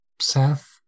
seth